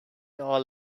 all